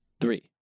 Three